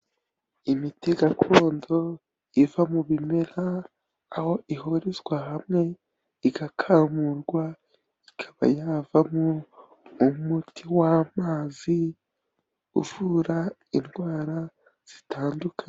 Imiti gakondo iva mu bimera, aho ihurizwa hamwe igakamurwa ikaba yavamo umuti w'amazi uvura indwara zitandukanye.